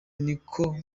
niko